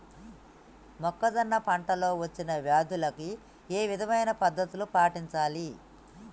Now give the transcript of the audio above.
మొక్కజొన్న పంట లో వచ్చిన వ్యాధులకి ఏ విధమైన పద్ధతులు పాటించాలి?